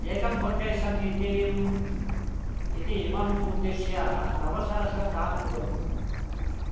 एकम् फौण्डेशन् इतीमम् इति इमम् उद्दिश्य नवसहस्रं दानं कुरु